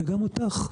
וגם אותך,